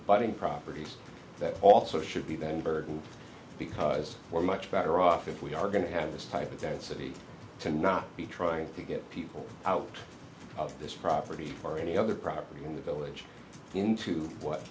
buying properties that also should be the neighborhood because we're much better off if we are going to have this type of density to not be trying to get people out of this property or any other property in the village into what